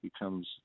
becomes